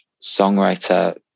songwriter